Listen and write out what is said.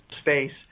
space